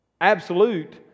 absolute